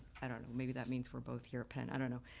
i don't know maybe that means we're both here at penn, i don't know,